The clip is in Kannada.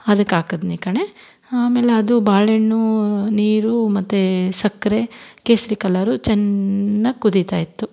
ಅದಕ್ಕೆ ಹಾಕದ್ನಿ ಕಣೆ ಆಮೇಲೆ ಅದು ಬಾಳೆಣ್ಣು ನೀರು ಮತ್ತು ಸಕ್ಕರೆ ಕೇಸರಿ ಕಲ್ಲರು ಚೆನ್ನಾಗ್ ಕುದಿತಾ ಇತ್ತು